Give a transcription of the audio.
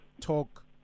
talk